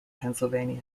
pennsylvania